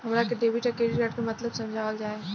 हमरा के डेबिट या क्रेडिट कार्ड के मतलब समझावल जाय?